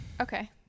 Okay